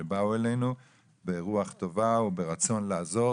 שבאו אלינו ברוח טובה וברצון לעזור.